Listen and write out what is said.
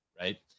right